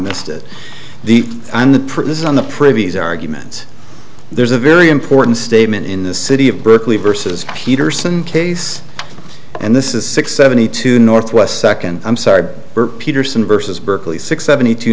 missed it the on the premise on the privies arguments there's a very important statement in the city of berkeley versus peterson case and this is six seventy two northwest second i'm sorry peterson versus berkeley six seventy two